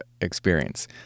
experience